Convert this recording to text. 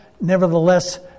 nevertheless